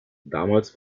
damals